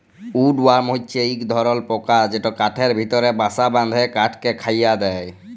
would worm হছে ইক ধরলর পকা যেট কাঠের ভিতরে বাসা বাঁধে কাঠকে খয়ায় দেই